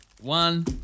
One